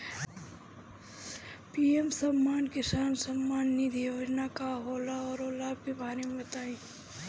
PM किसान सम्मान निधि योजना का होला औरो लाभ के बारे में बताई?